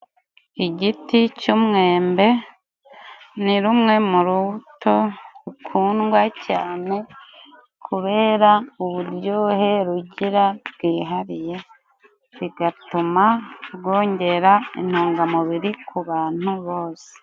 Igiti cy'umwembe ni rumwe mu rubuto rukundwa cyane， kubera uburyohe rugira bwihariye，bigatuma rwongera intungamubiri ku bantu bose.